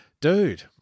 Dude